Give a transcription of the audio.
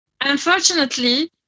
Unfortunately